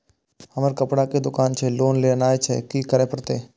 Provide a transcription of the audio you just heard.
हमर कपड़ा के दुकान छे लोन लेनाय छै की करे परतै?